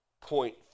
point